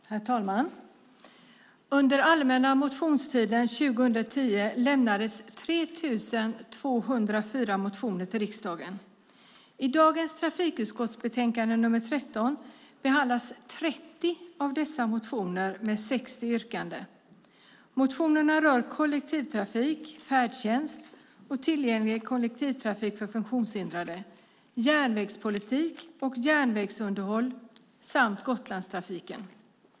Herr talman! Under allmänna motionstiden 2010 lämnades 3 204 motioner till riksdagen. I dagens trafikutskottsbetänkande nr 13 behandlas 30 av dessa motioner med 60 yrkanden. Motionerna rör kollektivtrafik, färdtjänst och tillgänglig kollektivtrafik för funktionshindrade, järnvägspolitik och järnvägsunderhåll samt Gotlandstrafiken.